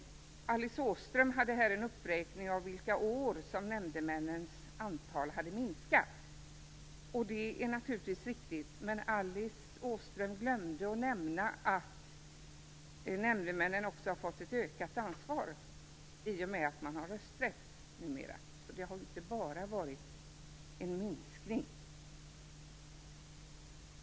Alice Åström räknade upp de år då nämndemännens antal minskat. Det är naturligtvis riktigt, men Alice Åström glömde att nämna att nämndemännen också har fått ett ökat ansvar i och med att man numera har rösträtt. Det har således inte bara varit fråga om en minskning.